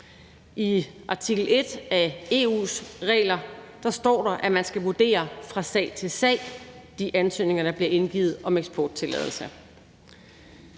I artikel 1 i EU's regler står der, at man fra gang til gang skal vurdere de ansøgninger, der bliver indgivet om eksporttilladelse.